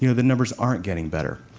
you know the numbers aren't getting better.